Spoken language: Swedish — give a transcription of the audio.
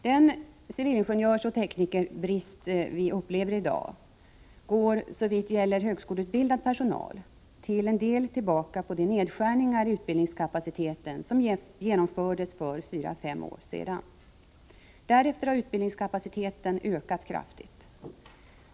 Den ingenjörsoch teknikerbrist vi upplever i dag går — såvitt gäller högskoleutbildad personal — till en del tillbaka på de nedskärningar i utbildningskapaciteten som genomfördes för fyra fem år sedan. Därefter har utbildningskapaciteten ökat kraftigt.